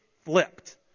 flipped